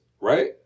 right